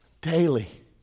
Daily